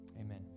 amen